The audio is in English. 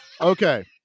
Okay